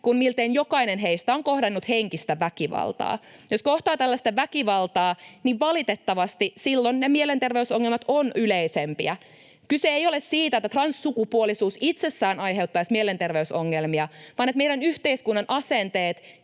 kun miltei jokainen heistä on kohdannut henkistä väkivaltaa. Jos kohtaa tällaista väkivaltaa, niin valitettavasti silloin mielenterveysongelmat ovat yleisempiä — kyse ei ole siitä, että transsukupuolisuus itsessään aiheuttaisi mielenterveysongelmia, vaan että meidän yhteiskunnan asenteet,